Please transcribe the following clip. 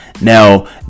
Now